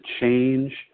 change